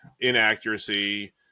inaccuracy